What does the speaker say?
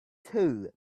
two